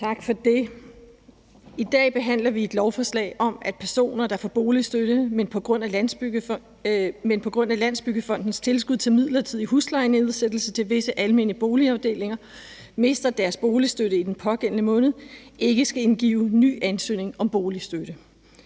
Tak for det. I dag behandler vi et lovforslag om, at personer, der får boligstøtte, men som på grund af Landsbyggefondens tilskud til midlertidig huslejenedsættelse til visse almene boligafdelinger mister deres boligstøtte i den pågældende måned, ikke skal indgive en ny ansøgning om boligstøtte.